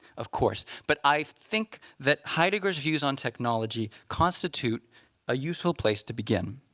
of course. but i think that heidegger's views on technology constitute a useful place to begin.